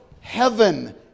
heaven